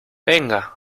venga